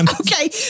okay